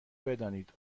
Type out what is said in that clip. بدانید